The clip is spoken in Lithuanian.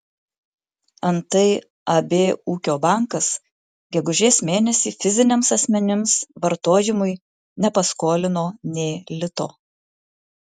antai ab ūkio bankas gegužės mėnesį fiziniams asmenims vartojimui nepaskolino nė lito